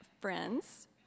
friends